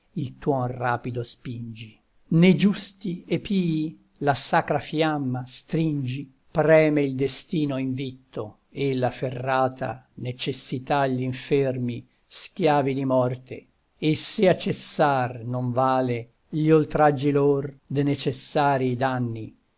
il tuon rapido spingi ne giusti e pii la sacra fiamma stringi preme il destino invitto e la ferrata necessità gl'infermi schiavi di morte e se a cessar non vale gli oltraggi lor de necessarii danni